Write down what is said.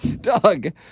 Doug